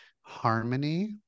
harmony